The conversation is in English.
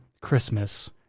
Christmas